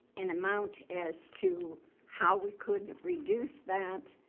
an amount as to how we could reduce that,